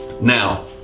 now